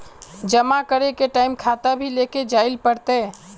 जमा करे के टाइम खाता भी लेके जाइल पड़ते?